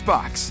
Box